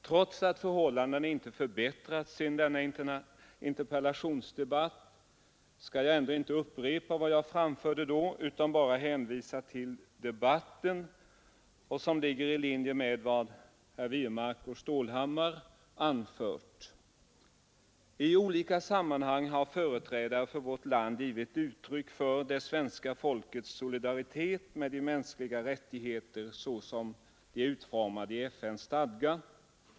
Trots att förhållandena inte har förbättrats sedan denna interpellationsdebatt skall jag inte upprepa vad jag då framförde — det ligger i linje med vad herr Wirmark och herr Stålhammar har anfört — utan jag hänvisar bara till debatten. I olika sammanhang har företrädare för vårt land givit uttryck för det svenska folkets solidaritet med uttalanden om de mänskliga rättigheterna såsom de är utformade i FN:s stadga.